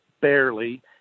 barely